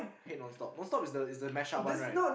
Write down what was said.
hate non stop non stop is the is the mashup one right